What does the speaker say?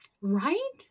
Right